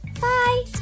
Bye